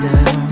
Now